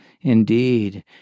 Indeed